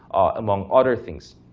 among other things.